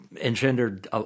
engendered